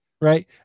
Right